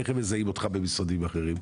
איך הם מזהים אותך במשרדים אחרים?